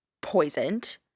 poisoned